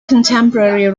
contemporary